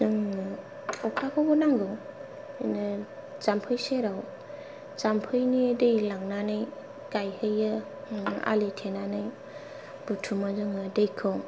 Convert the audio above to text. जोंना अखाखौबो नांगौ बिदिनो जाम्फै सेराव जामफैनि दै लांनानै गायहैयो आलि थेनानै बुथुमो जोङो दैखौ